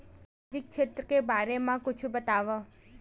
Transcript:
सामाजिक क्षेत्र के बारे मा कुछु बतावव?